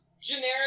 generic